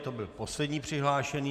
To byl poslední přihlášený.